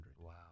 Wow